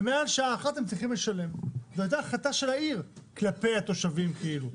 ומשעה אחת הם צריכים לשלם והייתה החלטה של העיר כלפי התושבים כאילו,